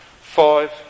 Five